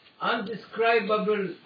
undescribable